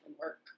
work